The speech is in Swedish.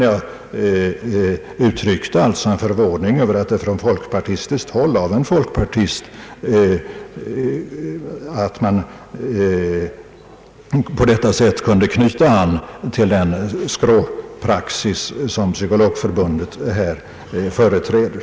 Jag uttryckte alltså en förvåning över att en folkpartist på detta sätt kunde knyta an till den skråpraxis som Psykologförbundet här företräder.